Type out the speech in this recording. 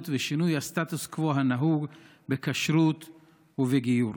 ושינוי הסטטוס קוו הנהוג בכשרות ובגיור.